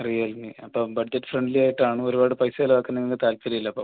Realme അപ്പം budget friendly ആയിട്ടാണ് ഒരുപാട് പൈസ ചിലവാക്കാൻ നിങ്ങൾക്ക് താൽപ്പര്യവുമില്ല അപ്പം